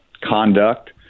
conduct